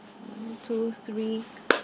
one two three